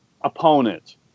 opponent